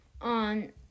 on